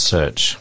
Search